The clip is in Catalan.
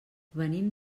venim